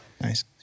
Nice